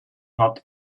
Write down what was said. not